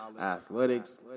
athletics